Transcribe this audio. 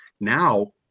now